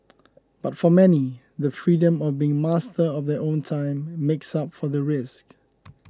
but for many the freedom of being master of their own time makes up for the risks